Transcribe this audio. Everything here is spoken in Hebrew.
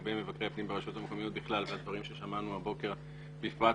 לגבי מבקרי הפנים ברשויות המקומיות בכלל והדברים ששמענו הבוקר בפרט,